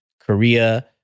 Korea